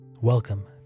Welcome